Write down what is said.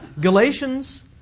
Galatians